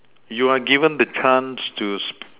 you are given the chance to